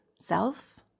self